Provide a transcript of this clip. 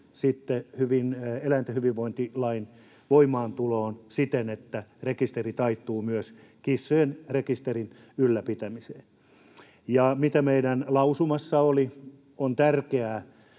eläinten hyvinvointilain voimaantuloon, siten että rekisteri taittuu myös kissojen rekisterin ylläpitämiseen. Mitä meidän lausumassa oli, niin on tärkeää,